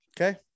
Okay